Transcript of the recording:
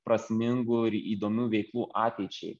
prasmingų ir įdomių veiklų ateičiai